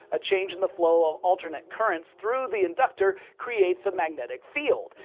a change in the flow of alternate currents through the inductor creates a magnetic field.